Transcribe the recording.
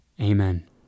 Amen